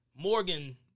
Morgan